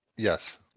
yes